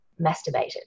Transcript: masturbated